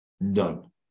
None